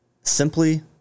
Simply